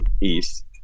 east